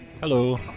Hello